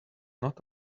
not